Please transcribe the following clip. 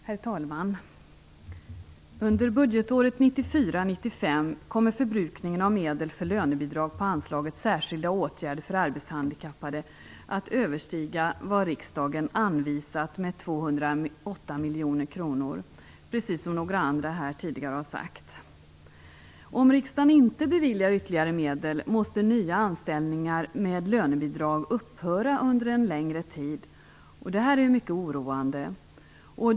Herr talman! Under budgetåret 1994/95 kommer förbrukningen av medel för lönebidrag på anslaget Särskilda åtgärder för arbetshandikappade att överstiga vad riksdagen anvisat med 208 miljoner kronor, precis som ett par andra talare tidigare har sagt. Om riksdagen inte beviljar ytterligare medel måste nya anställningar med lönebidrag upphöra under en längre tid. Det här är mycket oroande.